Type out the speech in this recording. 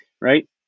right